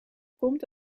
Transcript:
komt